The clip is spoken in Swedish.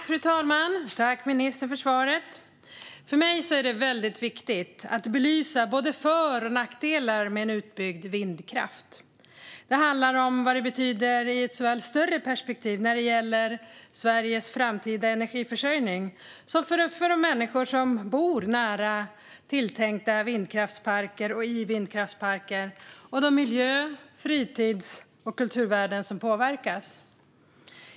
Fru talman! Tack, ministern, för svaret! För mig är det väldigt viktigt att belysa både för och nackdelar med en utbyggd vindkraft. Det handlar om vad det betyder såväl i ett större perspektiv när det gäller Sveriges framtida energiförsörjning som för de människor som bor nära tilltänkta vindkraftsparker och i vindkraftsparker och de miljö, fritids och kulturvärden som påverkas.